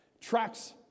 Tracks